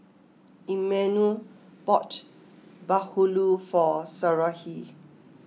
Emanuel bought Bahulu for Sarahi